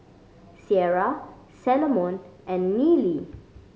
Ciera Salomon and Nealie